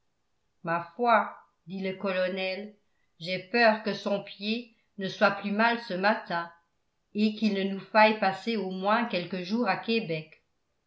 ma foi dit le colonel j'ai peur que son pied ne soit plus mal ce matin et qu'il ne nous faille passer au moins quelques jours à québec